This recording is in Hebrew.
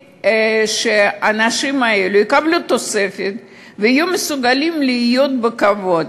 שהאנשים האלה יקבלו תוספת ויהיו מסוגלים לחיות בכבוד,